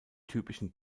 typischen